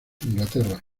inglaterra